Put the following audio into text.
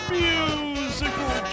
musical